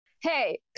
hey